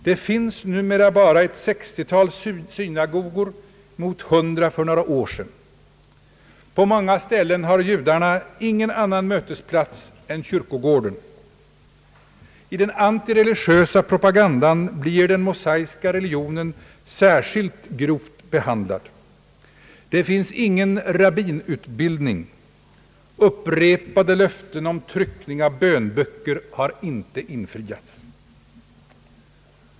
Det finns numera bara ett sextiotal synagogor mot ett hundra för några år sedan. På många ställen har judarna ingen annan mötesplats än kyrkogården. I den antireligiösa propagandan blir den mosaiska religionen särskilt grovt behandlad. Det finns ingen rabbinutbildning. Upprepade löften om tryckning av bönböcker har ej infriats.